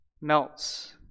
melts